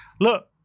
look